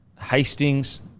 Hastings